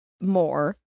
more